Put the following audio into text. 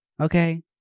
okay